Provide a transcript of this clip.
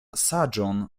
saĝon